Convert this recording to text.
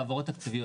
תקציביות.